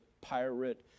pirate